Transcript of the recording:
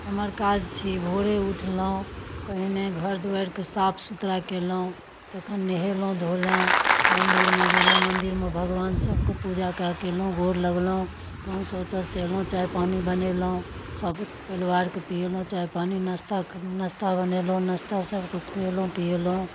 हमर काज छी भोरे उठलहुँ पहिने घर दुआरिके साफ सुथरा कयलहुँ तखन नहेलहुँ धोलहुँ मन्दिरमे गेलहुँ मन्दिरमे भगवान सबके पूजा कए कऽ अयलहुँ गोर लगलहुँ तहन से ओतऽसँ अयलहुँ चाय पानि बनेलहुँ सब परिवारके पियेलहुँ चाय पानि नास्ता नास्ता बनेलहुँ नास्ता सबके खुआलहुँ पियेलहुँ